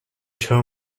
tow